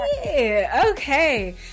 okay